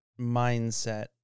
mindset